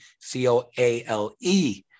C-O-A-L-E